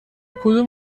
کدوم